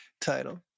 title